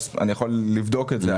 אני יכול לבדוק את זה.